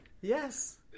Yes